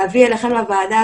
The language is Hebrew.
הכול.